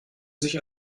sich